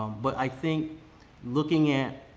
um but i think looking at,